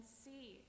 see